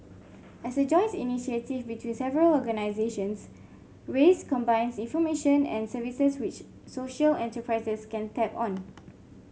as a joint initiative between several organisations raise combines information and services which social enterprises can tap on